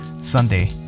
Sunday